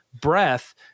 breath